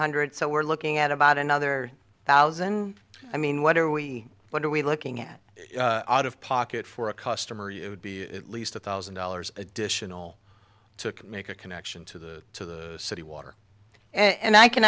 hundred so we're looking at about another thousand i mean what are we what are we looking at out of pocket for a customer you would be at least a thousand dollars additional to make a connection to the city water and i can